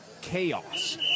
chaos